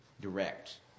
direct